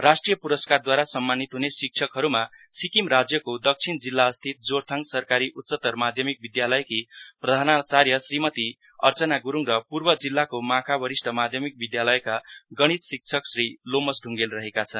राष्ट्रिय पुरस्कारद्वारा सम्मानित हुने शिक्षकहरूमा सिक्किम राज्यको दक्षिण जिल्लास्थित जोरथाङ सरकारी उच्चत्तर माध्यमिक विद्यालयकी प्रधानाचार्य श्रीमती अर्चना गुरूङ र पूर्व जिल्ला को माखा वरिष्ठ माध्यमिक विद्यालयका गणीत शिक्षक श्री लोमस ढुङ्गेल रहेका छन्